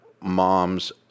moms